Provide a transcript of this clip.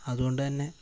അതുകൊണ്ട് തന്നെ